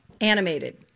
Animated